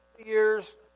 years